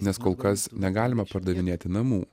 nes kol kas negalima pardavinėti namų